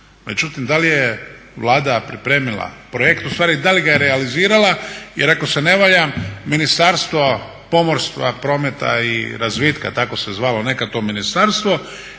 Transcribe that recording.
Međutim, da li je Vlada pripremila projekt u stvari da li ga je realizirala. Jer ako se ne varam Ministarstvo pomorstva, prometa i razvitka tako se zvalo nekad to ministarstvo